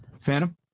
Phantom